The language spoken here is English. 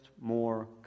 more